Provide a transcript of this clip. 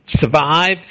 survive